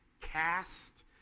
cast